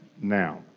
Now